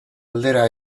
aldera